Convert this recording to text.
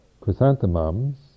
chrysanthemums